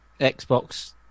Xbox